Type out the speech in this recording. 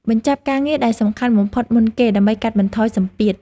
បញ្ចប់ការងារដែលសំខាន់បំផុតមុនគេ ដើម្បីកាត់បន្ថយសម្ពាធ។